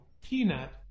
peanut